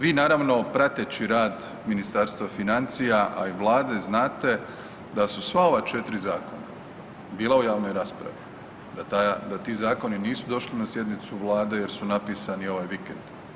Vi naravno, prateći rad Ministarstva financija, a i Vlade znate da su sva ova 4 zakona bila u javnoj raspravi, da ti zakoni nisu došli na sjednicu Vlade jer su napisani ovaj vikend.